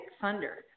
thunder